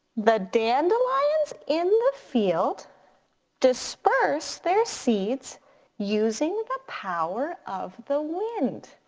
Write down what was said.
the dandelions in the field disperse their seeds using the power of the wind.